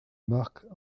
marque